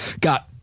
got